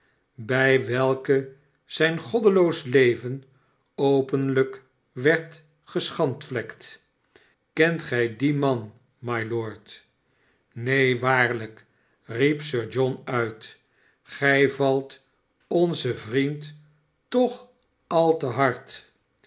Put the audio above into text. bij welke zijn goddeloos leven openlijk werd geschandvlekt kent gij dien man mylord neen waarlijk riep sir john uit gij valtonzen vriend tochalte hard